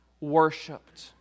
worshipped